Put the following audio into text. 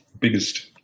Biggest